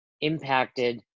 impacted